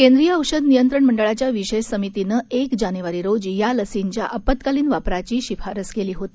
केंद्रीय औषध नियंत्रण मंडळाच्या विशेष समितीनं एक जानेवारी रोजी या लसींच्या आपत्कालीन वापराची शिफारस केली होती